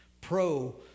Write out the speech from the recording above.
Pro